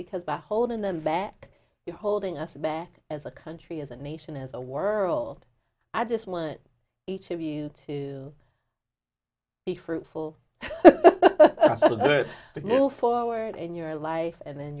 because by holding them back you're holding us back as a country as a nation as a world i just want each of you to be fruitful but no forward in your life and then